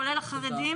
כולל החרדים.